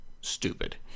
stupid